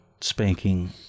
spanking